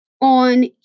on